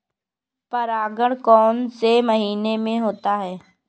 परागण कौन से महीने में होता है?